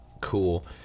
cool